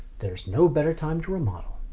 there's no better time to remodel.